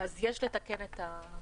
אז יש לתקן את הנושא.